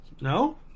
no